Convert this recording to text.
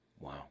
wow